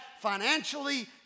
financially